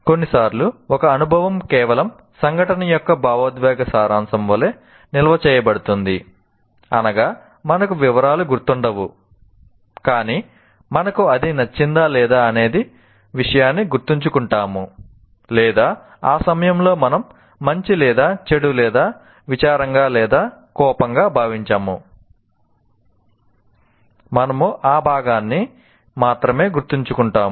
కొన్నిసార్లు ఒక అనుభవం కేవలం సంఘటన యొక్క భావోద్వేగ సారాంశం వలె నిల్వ చేయబడుతుంది అనగా మనకు వివరాలు గుర్తుండవు కాని మనకు అది నచ్చిందా లేదా అనే విషయాన్ని గుర్తుంచుకుంటాము లేదా ఆ సమయంలో మనం మంచి లేదా చెడు లేదా విచారంగా లేదా కోపంగా భావించాము etc మనము ఆ భాగాన్ని మాత్రమే గుర్తుంచుకుంటాము